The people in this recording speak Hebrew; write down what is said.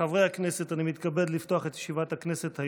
חברי הכנסת, אני מתכבד לפתוח את ישיבת הכנסת.